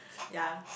ya